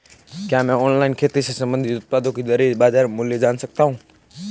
क्या मैं ऑनलाइन खेती से संबंधित उत्पादों की दरें और बाज़ार मूल्य जान सकता हूँ?